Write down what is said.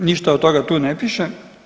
Ništa od toga tu ne piše?